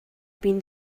been